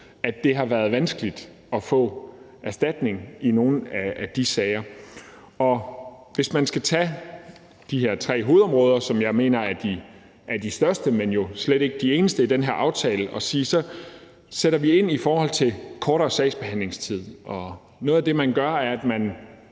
det har været vanskeligt at få erstatning i nogle af de sager. Hvis man skal tage de her tre hovedområder, som jeg mener er de største, men jo slet ikke de eneste i den her aftale, og sige, at så sætter vi ind i forhold til kortere sagsbehandlingstid, så er noget af det, man gør, når man